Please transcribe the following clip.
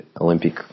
Olympic